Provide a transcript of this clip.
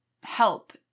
help